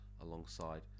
alongside